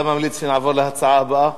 אתה ממליץ שנעבור להצעה הבאה?